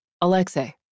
Alexei